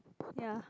ya